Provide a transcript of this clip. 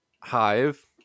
Hive